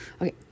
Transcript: Okay